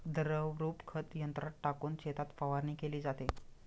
द्रवरूप खत यंत्रात टाकून शेतात फवारणी केली जाते